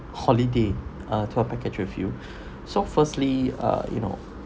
holiday a tour package with you so firstly uh you know